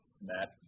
Matt